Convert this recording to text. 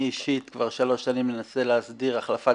אני אישית כבר שלוש שנים מנסה להסדיר החלפת